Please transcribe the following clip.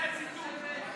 זה הציטוט.